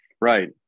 Right